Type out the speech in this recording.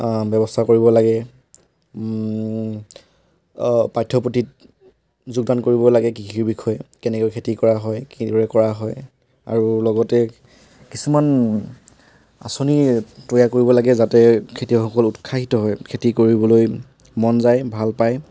ব্যৱস্থা কৰিব লাগে পাঠ্যপুথিত যোগদান কৰিব লাগে কৃষি বিষয়ে কেনেকৈ খেতি কৰা হয় কি দৰে কৰা হয় আৰু লগতে কিছুমান আঁচনি তৈয়াৰ কৰিব লাগে যাতে খেতিয়কসকল উৎসাহিত হয় খেতি কৰিবলৈ মন যায় ভাল পায়